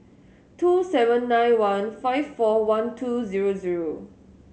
two seven nine one five four one two zero zero